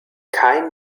kein